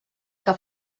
que